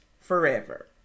forever